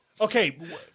Okay